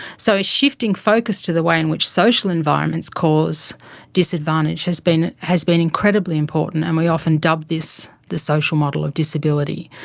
so shifting focus to the way in which social environments cause disadvantage has been has been incredibly important. and we often dub this the social model of disability,